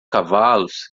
cavalos